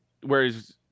Whereas